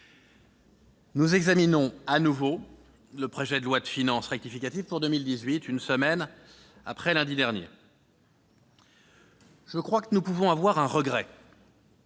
nous examinons de nouveau le projet de loi de finances rectificative pour 2018, une semaine après la première lecture. Je crois que nous pouvons avoir un regret